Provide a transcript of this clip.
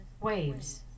waves